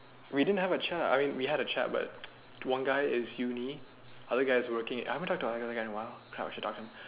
we didn't have a chat I mean we had a chat but one guy is uni and other guy is working I have not been talking to the other guy in a while oh shit what am I talking